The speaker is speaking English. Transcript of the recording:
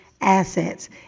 assets